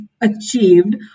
achieved